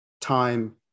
time